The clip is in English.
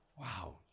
wow